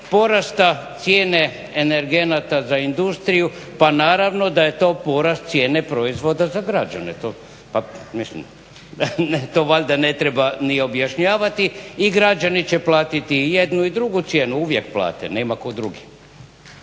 porasta cijene energenata za industriju pa naravno da je to porast cijene proizvoda za građane, to valjda ne treba ni objašnjavati i građani će platiti i jednu i drugu cijenu, uvijek plate, nema ko drugi.